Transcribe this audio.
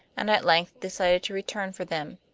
and at length decided to return for them.